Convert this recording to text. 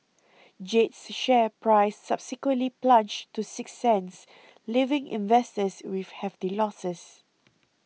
Jade's share price subsequently plunged to six cents leaving investors with hefty losses